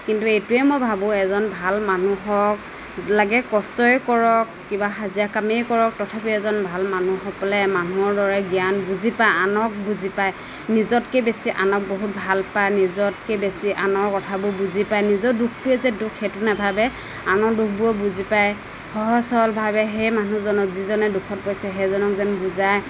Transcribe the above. কিন্তু এইটোৱেই মই ভাবোঁ এজন ভাল মানুহ হওক লাগে কষ্টয়েই কৰক কিবা হাজিৰা কামেই কৰক তথাপি এজন ভাল মানুহ হ'বলৈ মানুহৰ দৰে জ্ঞান বুজি পায় আনক বুজি পায় নিজতকৈ বেছি আনক বহুত ভাল পায় নিজতকৈ বেছি আনৰ কথাবোৰ বুজি পায় নিজৰ দুখবোৰেই যে দুখ সেইটো নাভাবে আনৰ দুখবোৰো বুজি পায় সহজ সৰলভাৱে সেই মানুহজনক যিজনে দুখত পৰিছে সেইজনক যেন বুজায়